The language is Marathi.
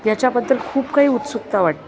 याच्याबद्दल खूप काही उत्सुकता वाट